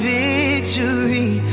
victory